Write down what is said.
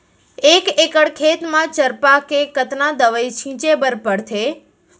एक एकड़ खेत म चरपा के कतना दवई छिंचे बर पड़थे?